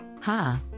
Ha